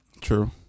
True